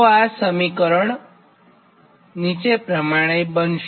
તો સમીકરણ આ પ્રમાણે બનશે